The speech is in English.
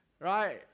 right